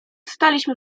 staliśmy